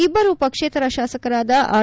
ಇಬ್ಲರು ಪಕ್ಷೇತರ ಶಾಸಕರಾದ ಆರ್